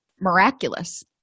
miraculous